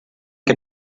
que